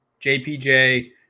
JPJ